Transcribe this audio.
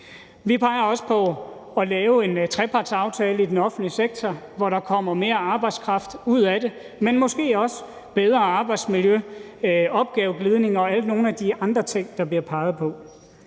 Vi peger også på at lave en trepartsaftale i den offentlige sektor, hvor der kommer mere arbejdskraft ud af det, men måske også bedre arbejdsmiljø, opgaveglidning og nogle af de andre ting, der bliver peget på.